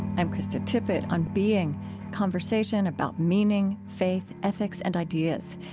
i'm krista tippett, on being conversation about meaning, faith, ethics, and ideas.